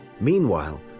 Meanwhile